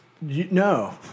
No